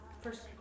first